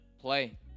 Play